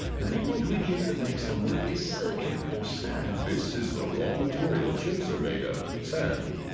the main ingredient that makes them work is silicon, or sand. this is the raw material chips are made of, sand.